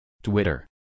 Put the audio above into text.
Twitter